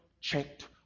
checked